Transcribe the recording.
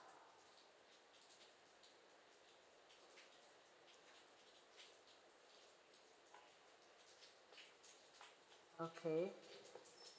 okay